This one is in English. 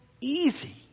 easy